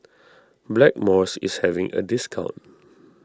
Blackmores is having a discount